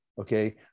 Okay